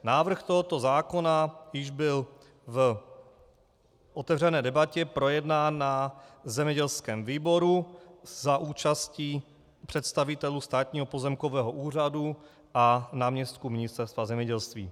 Návrh tohoto zákona již byl v otevřené debatě projednán na zemědělském výboru za účasti představitelů Státního pozemkového úřadu a náměstků Ministerstva zemědělství.